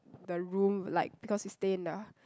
the room like because you stay in the